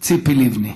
ציפי לבני.